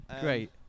great